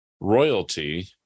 royalty